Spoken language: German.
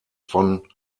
von